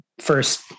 first